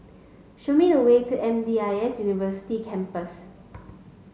show me the way to M D I S University Campus